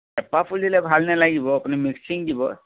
এপাহ ফুল দিলে ভাল নেলাগিব আপুনি মিক্সিং দিব